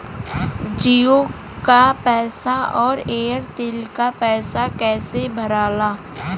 जीओ का पैसा और एयर तेलका पैसा कैसे भराला?